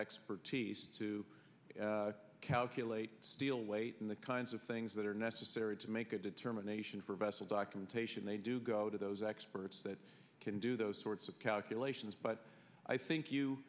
expertise to calculate steel weight and the kinds of things that are necessary to make a determination for vessel documentation they do go to those experts that can do those sorts of calculations but i think you